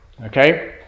okay